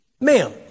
Ma'am